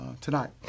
tonight